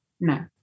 No